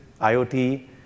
IoT